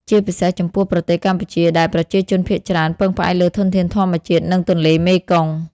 ជាពិសេសចំពោះប្រទេសកម្ពុជា ដែលប្រជាជនភាគច្រើនពឹងផ្អែកលើធនធានធម្មជាតិ និងទន្លេមេគង្គ។